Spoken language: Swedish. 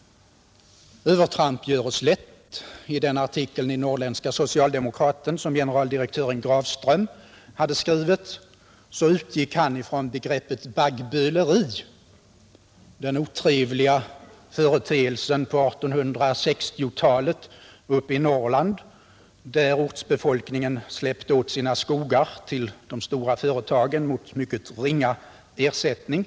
Övertramp görs lätt. I den artikel i Norrländska Socialdemokraten som generaldirektören Grafström skrivit utgick han från begreppet baggböleri, den otrevliga företeelsen på 1860-talet, när befolkningen i Norrland släppte ifrån sig sina skogar till de stora företagen mot mycket ringa ersättning.